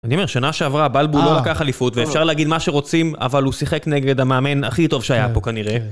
אני אומר, שנה שעברה, בלבול לא לקח אליפות, ואפשר להגיד מה שרוצים, אבל הוא שיחק נגד המאמן הכי טוב שהיה פה כנראה.